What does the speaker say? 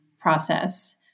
process